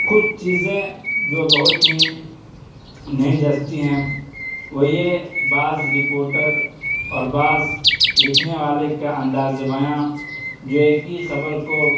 کچھ چیزیں جو بہت ہیں نہیں جنچتی ہیں وہ یہ بعض رپورٹر بعض لکھنے والے کا اندازِ بیاں جو ایک ہی خبر کو